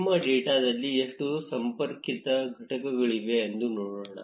ನಮ್ಮ ಡೇಟಾದಲ್ಲಿ ಎಷ್ಟು ಸಂಪರ್ಕಿತ ಘಟಕಗಳಿವೆ ಎಂದು ನೋಡೋಣ